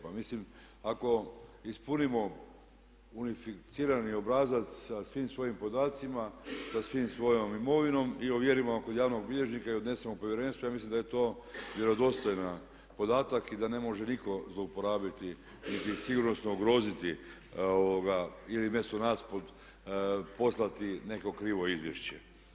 Pa mislim, ako ispunimo unificirani obrazac sa svim svojim podacima, sa svom svojom imovinom i ovjerimo kod javnog bilježnika i odnesemo u Povjerenstvo ja mislim da je to vjerodostojan podatak i da ne može nitko zlouporabiti niti sigurnosno ugroziti ili umjesto nas poslati neko krivo izvješće.